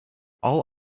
all